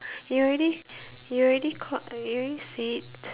you already you already called you already said